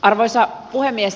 arvoisa puhemies